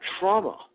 trauma